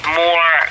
more